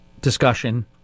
discussion